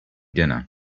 dinner